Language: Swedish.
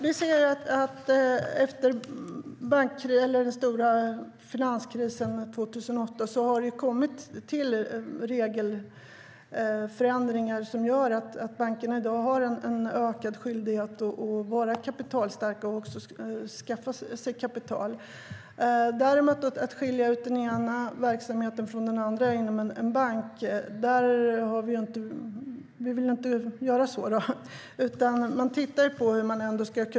Herr talman! Vi ser att det efter den stora finanskrisen 2008 har tillkommit regelförändringar som gör att bankerna i dag har en ökad skyldighet att vara kapitalstarka och att skaffa sig kapital. Att däremot skilja ut den ena verksamheten från den andra inom en bank vill vi inte göra.